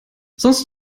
sonst